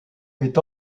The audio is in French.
est